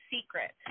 secret